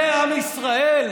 זה עם ישראל?